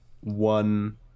one